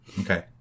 Okay